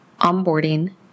onboarding